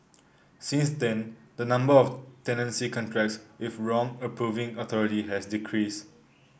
since then the number of tenancy contracts with wrong approving authority has decreased